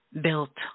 built